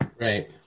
Right